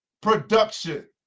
production